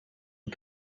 and